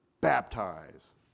baptize